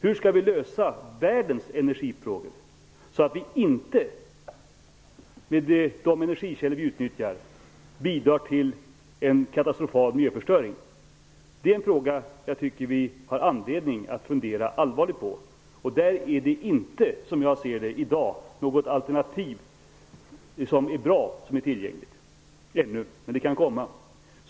Hur skall vi lösa världens energifrågor, så att vi inte bidrar till en katastrofal miljöförstöring? Det är en fråga som jag tycker att vi har anledning att fundera allvarligt på. Som jag ser det finns det inte i dag något bra alternativ som är tillgängligt. Det kan komma.